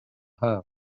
haf